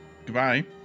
Goodbye